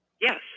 Yes